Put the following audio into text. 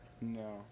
No